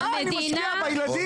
למה אני משקיע בילדים שלי?